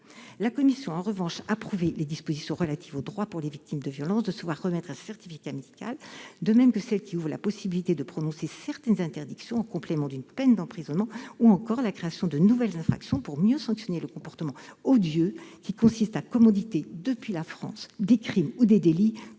La commission a, en revanche, approuvé les dispositions relatives au droit pour les victimes de violences de se voir remettre un certificat médical, de même que celles qui ouvrent la possibilité de prononcer certaines interdictions en complément d'une peine d'emprisonnement, ou encore la création de nouvelles infractions pour mieux sanctionner le comportement odieux qui consiste à commanditer, depuis la France, des crimes ou des délits commis